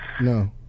No